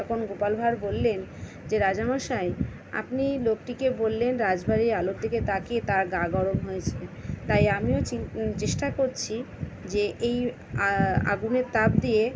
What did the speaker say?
তখন গোপাল ভাঁড় বললেন যে রাজামশাই আপনি লোকটিকে বললেন রাজবাড়ির আলোর দিকে তাকিয়ে তার গা গরম হয়েছে তাই আমিও চি চেষ্টা করছি যে এই আ আগুনের তাপ দিয়ে